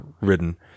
ridden